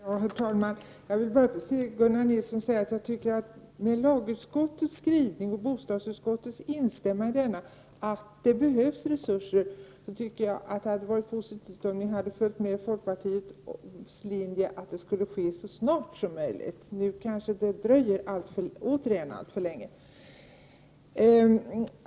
Herr talman! Jag vill bara till Gunnar Nilsson säga att jag tycker att lagutskottets skrivning och bostadsutskottets instämmande i denna visar att det behövs resurser. Det hade varit positivt om ni hade anslutit er till folkpartiets linje, att detta skulle ske så snart som möjligt. Nu kanske det återigen dröjer alltför länge.